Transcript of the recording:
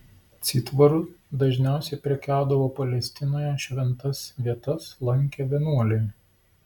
citvaru dažniausiai prekiaudavo palestinoje šventas vietas lankę vienuoliai